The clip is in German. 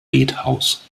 bethaus